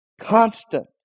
constant